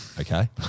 Okay